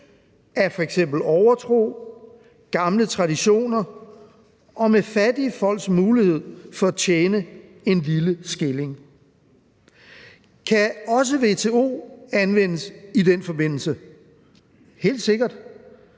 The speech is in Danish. af f.eks. overtro, gamle traditioner og fattige folks mulighed for at tjene en lille skilling. Kan også WTO anvendes i den forbindelse? Helt sikkert.